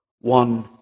one